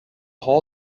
hall